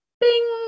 bing